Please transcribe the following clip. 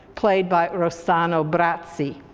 played by rossano brazzi.